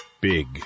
Big